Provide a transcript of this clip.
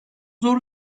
zor